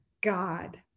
God